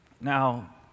Now